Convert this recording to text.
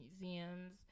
museums